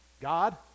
God